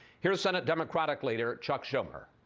here is senate democratic leader chuck schumer.